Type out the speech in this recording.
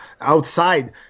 outside